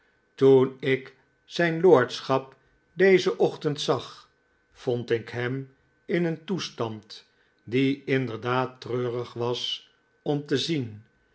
toen ik zijn lordschap dezen ochtend zag vond ik hem in een toestand die inderdaad treurig was om te zien